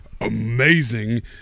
Amazing